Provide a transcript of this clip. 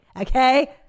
Okay